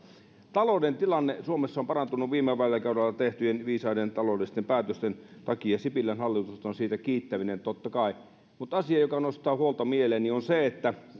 talouden tilanne suomessa on parantanut viime vaalikaudella tehtyjen viisaiden taloudellisten päätösten takia sipilän hallitusta on siitä kiittäminen totta kai mutta asia joka nostaa huolta mieleeni on se että